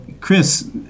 Chris